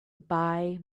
buy